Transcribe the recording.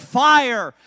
fire